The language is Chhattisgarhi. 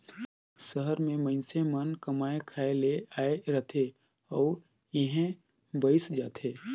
सहर में मइनसे मन कमाए खाए ले आए रहथें अउ इहें बइस जाथें